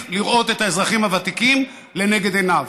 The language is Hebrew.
לראות את האזרחים הוותיקים לנגד עיניו.